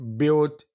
built